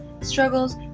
struggles